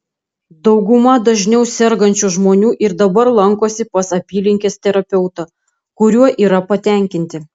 dauguma dažniau sergančių žmonių ir dabar lankosi pas apylinkės terapeutą kuriuo yra patenkinti